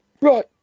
right